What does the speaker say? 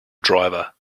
driver